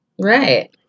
Right